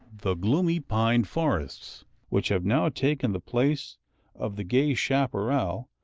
the gloomy pine forests which have now taken the place of the gay chaparral,